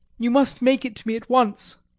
you must make it to me at once.